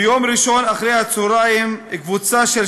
ביום ראשון אחר-הצהריים החליטה קבוצה של